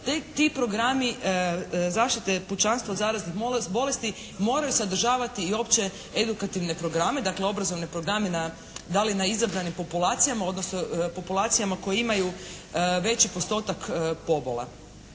ti Programi zaštite pučanstva od zaraznih bolesti moraju sadržavati i opće edukativne programe dakle obrazovne programe na, da li na izabranim populacijama odnosno populacijama koje imaju veći postotak pobola.